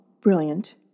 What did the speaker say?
brilliant